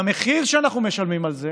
והמחיר שאנחנו משלמים על זה